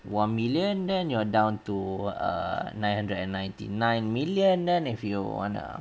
one million then you're down to err nine hundred and ninety nine million then if you want a